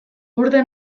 urte